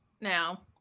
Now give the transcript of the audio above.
now